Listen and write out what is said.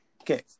okay